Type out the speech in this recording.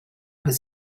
was